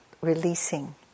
releasing